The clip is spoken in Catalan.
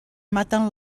maten